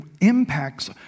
impacts